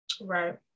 right